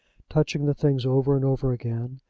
touching the things over and over again,